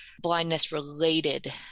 blindness-related